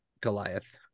Goliath